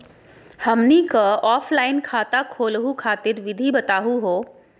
हमनी क ऑफलाइन खाता खोलहु खातिर विधि बताहु हो?